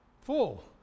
full